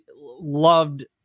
loved